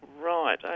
Right